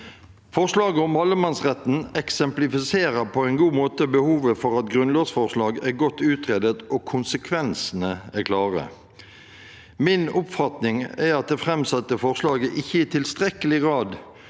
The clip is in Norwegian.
Forslaget om allemannsretten eksemplifiserer på en god måte behovet for at grunnlovsforslag er godt utredet og konsekvensene er klare. Min oppfatning er at det framsatte forslaget ikke i tilstrekkelig grad